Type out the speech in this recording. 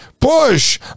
push